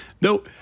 No